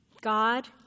God